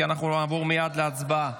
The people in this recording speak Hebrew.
כי נעבור מייד להצבעה.